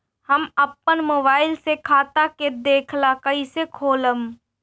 हम आपन मोबाइल से खाता के देखेला कइसे खोलम?